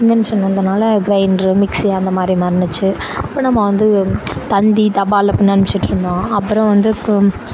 invention வந்தனால் grinder mixie அந்தமாதிரி மாறுனுச்சி அப்போ நம்ம வந்து தந்தி தபாலில் அப்புடினு அனுப்பிச்சுட்ருந்தோம் அப்பறம் வந்து இப்போ